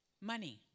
money